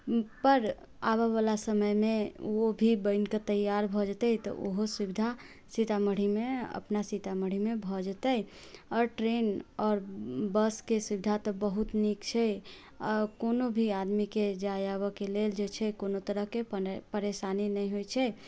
पर आबैबला समयमे ओ भी बनिके तैयार भए जेतै तऽ ओहो सुविधा सीतामढ़ीमे अपना सीतामढ़ीमे भए जेतै आओर ट्रेन आओर बसके सुविधा तऽ बहुत नीक छै आ कोनो भी आदमीके जाय आबैके लेल जे छै कोनो तरहके अपन परेशानी नहि होइत छै